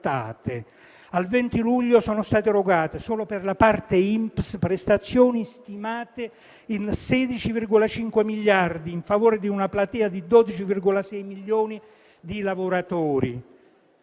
Al 20 luglio sono state erogate, solo per la parte INPS, prestazioni stimate in 16,5 miliardi di euro in favore di una platea di 12,6 milioni di lavoratori